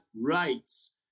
rights